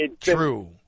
true